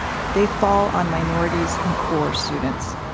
they fall on minorities and poor students.